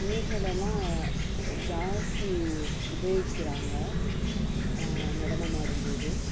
துணிகளெல்லாம் ஜாஸ்தி உபயோகிக்கிறாங்க நடனம் ஆடும் போது